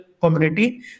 community